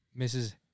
Mrs